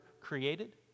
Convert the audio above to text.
created